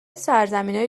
سرزمینای